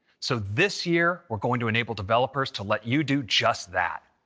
so this year we're going to enable developers to let you do just that.